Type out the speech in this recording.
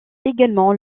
également